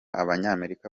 abanyamerika